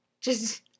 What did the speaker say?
Just-